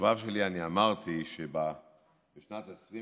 בתשובה שלי אמרתי שבשנת 2020